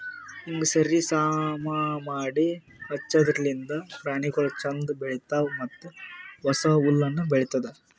ಹೀಂಗ್ ಸರಿ ಸಮಾ ಮಾಡಿ ಹಂಚದಿರ್ಲಿಂತ್ ಪ್ರಾಣಿಗೊಳ್ ಛಂದ್ ಬೆಳಿತಾವ್ ಮತ್ತ ಹೊಸ ಹುಲ್ಲುನು ಬೆಳಿತ್ತುದ್